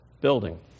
building